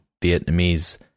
Vietnamese